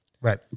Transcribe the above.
Right